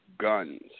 guns